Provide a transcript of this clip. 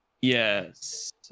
Yes